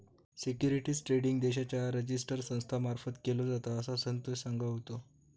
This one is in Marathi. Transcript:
सिक्युरिटीज ट्रेडिंग देशाच्या रिजिस्टर संस्था मार्फत केलो जाता, असा संतोष सांगा होतो